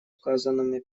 указанными